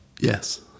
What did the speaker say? Yes